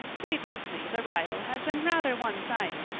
previously the rivalry had been rather one-sided,